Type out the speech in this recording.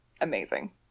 amazing